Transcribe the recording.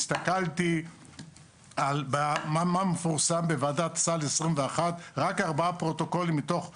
הסתכלתי מה מפורסם מוועדת הסל של 21'. רק ארבעה פרוטוקולים מתוך 41,